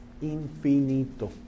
infinito